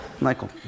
Michael